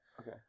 okay